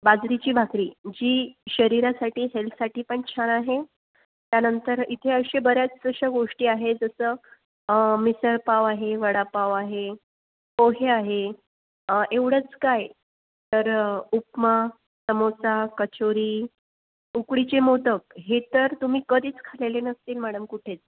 बाजरीची भाकरी जी शरीरासाठी हेल्थसाठी पण छान आहे त्यानंतर इतर अशा बऱ्याच गोष्टी आहेत जसं मिसळपाव आहे वडापाव आहे पोहे आहे एवढंच काय उपमा समोसा कचोरी उकडीचे मोदक हे तर तुम्ही कधीच खाल्ले नसतील मॅडम कुठेच